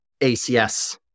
ACS